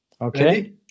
Okay